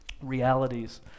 realities